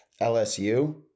LSU